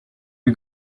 you